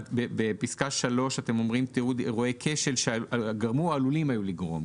בפסקה (3) אתם אומרים "תיעוד אירועי כשל שגרמו או עלולים היו לגרום".